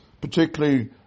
particularly